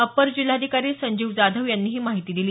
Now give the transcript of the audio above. upper जिल्हाधिकारी संजीव जाधव यांनी ही माहिती दिली